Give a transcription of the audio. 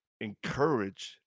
encourage